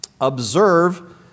observe